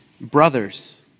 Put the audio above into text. Brothers